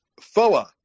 FOA